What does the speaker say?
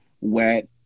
wet